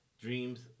Dreams